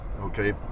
okay